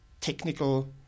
technical